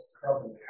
carbon